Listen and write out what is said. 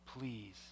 Please